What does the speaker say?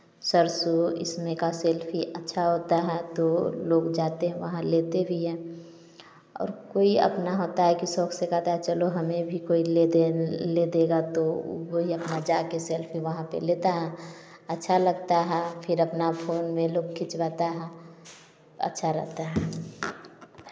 सरसों इसमें का सेट भी अच्छा होता है तो लोग जाते है वहाँ लेते भी है और कोई अपना होता है की शौक से कहता है चलो हमें भी कोई ले दे ले देगा तो वही अपना जाके सेल्फ वहाँ पर लेता है अच्छा लगता है फिर अपना फोन में लोग खिंचवाते है अच्छा रहता है